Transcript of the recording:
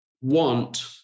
want